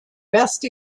best